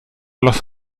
los